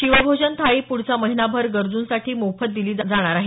शिवभोजन थाळी पुढचा महिनाभर गरजूंसाठी मोफत दिली जाणार आहे